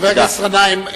חבר הכנסת גנאים,